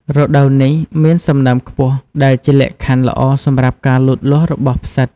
រដូវនេះមានសំណើមខ្ពស់ ដែលជាលក្ខខណ្ឌល្អសម្រាប់ការលូតលាស់របស់ផ្សិត។